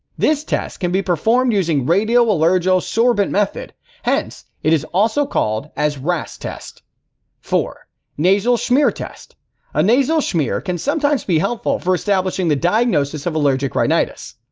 this test can be performed using radio allergo sorbent method hence is also called as rast test four nasal smear test a nasal smear can sometimes be helpful for establishing the diagnosis of allergic rhinitis.